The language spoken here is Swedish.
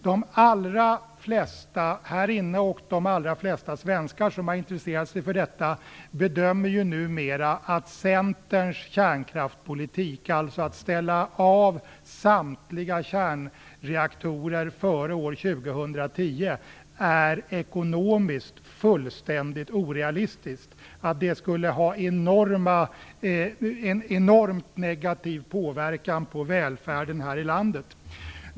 De allra flesta här inne och de allra flesta svenskar som har intresserat sig för detta bedömer ju numera att Centerns kärnkraftspolitik, alltså att ställa av samtliga kärnreaktorer före år 2010, är ekonomiskt fullständigt orealistiskt och att det skulle ha en enormt negativ påverkan på välfärden här i landet.